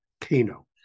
Kano